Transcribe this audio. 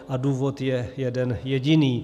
A důvod je jeden jediný.